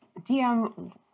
DM